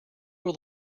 will